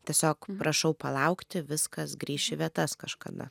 tiesiog prašau palaukti viskas grįš į vietas kažkada